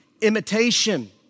imitation